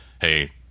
hey